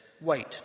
Wait